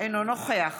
אינו נוכח